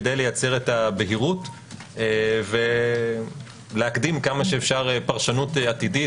כדי לייצר את הבהירות ולהקדים כמה שאפשר פרשנות עתידית,